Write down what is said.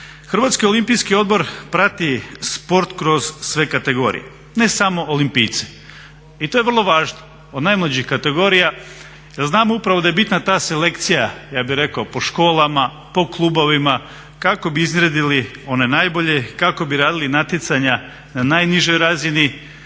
Hrvatski olimpijski odbor prati sport kroz sve kategorije, ne samo olimpijce i to je vrlo važno od najmlađih kategorija jer znamo upravo da je bitna ta selekcija ja bih rekao po školama, po klubovima kako bi iznjedrili one najbolje i kako bi radili natjecanja na najnižoj razini.